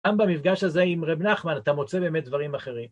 גם במפגש הזה עם רב נחמן אתה מוצא באמת דברים אחרים.